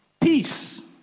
peace